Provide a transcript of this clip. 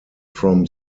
from